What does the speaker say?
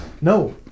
No